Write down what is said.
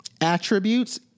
attributes